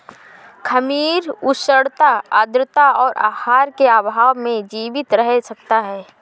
खमीर उष्णता आद्रता और आहार के अभाव में जीवित रह सकता है